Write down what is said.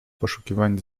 poszukiwań